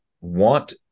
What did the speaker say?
want